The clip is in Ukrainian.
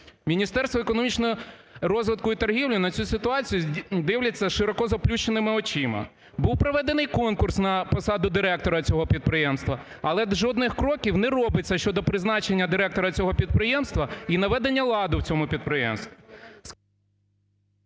Міністерство економічного розвитку і торгівлі на цю ситуацію дивиться з широко заплющеними очима. Був проведений конкурс на посаду директора цього підприємства, але жодних кроків не робиться щодо призначення директора цього підприємства і наведення ладу в цьому підприємстві...